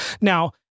Now